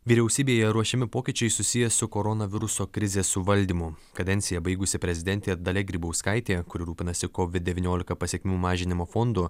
vyriausybėje ruošiami pokyčiai susiję su koronaviruso krizės suvaldymu kadenciją baigusi prezidentė dalia grybauskaitė kuri rūpinasi kovid devyniolika pasekmių mažinimo fondu